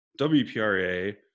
WPRA